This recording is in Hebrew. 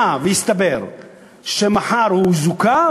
היה ויתברר מחר שהוא זוכה,